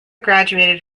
graduated